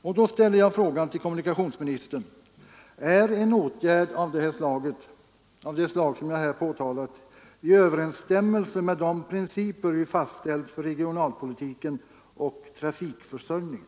Därför ställer jag frågan till kommunikationsministern: Är en åtgärd av det slag som jag här påtalat i överensstämmelse med de principer vi fastställt för regionalpolitiken och trafikförsörjningen?